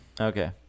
Okay